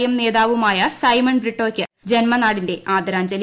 M നേതാവുമായ സൈമൺ ബ്രിട്ടോക്ക് ജന്മനാടിന്റെ ആദരാജ്ഞലി